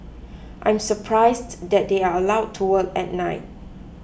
I'm surprised that they are allowed to work at night